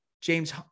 James